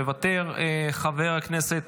מוותר, חבר הכנסת